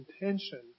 intention